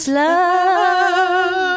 love